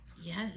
Yes